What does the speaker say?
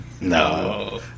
No